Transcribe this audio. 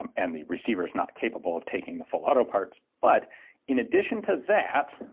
um and the receiver's not capable of taking the full-auto parts. but in addition to that